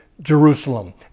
Jerusalem